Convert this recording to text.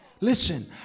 Listen